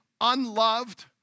unloved